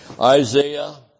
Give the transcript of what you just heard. Isaiah